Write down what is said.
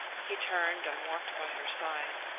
he turned and walked by her side.